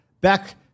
back